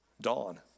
dawn